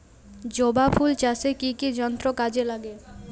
জবা ফুল চাষে কি কি যন্ত্র কাজে লাগে?